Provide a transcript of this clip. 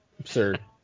Absurd